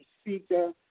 speaker